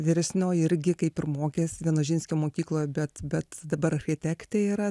vyresnioji irgi kaip ir mokės vienožinskio mokykloje bet bet dabar architektė yra